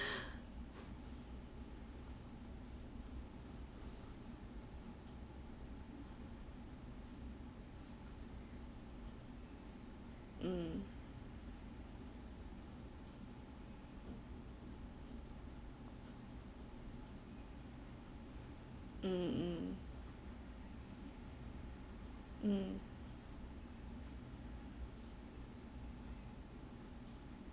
mm mm mm mm